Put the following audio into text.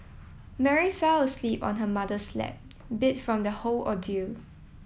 Mary fell asleep on her mother's lap beat from the whole ordeal